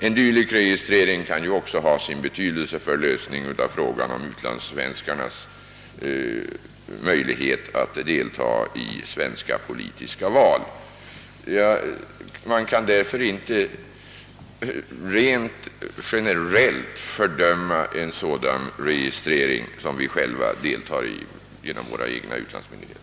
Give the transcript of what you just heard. En dylik registrering kan ju också ha sin betydelse för lösningen av frågan om utlandssvenskarnas möjlighet att deltaga i svenska politiska val. Man kan därför inte rent generellt fördöma en sådan registrering som vi själva deltar i genom våra egna utlandsmyndigheter.